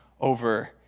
over